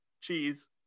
cheese